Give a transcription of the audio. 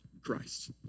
Christ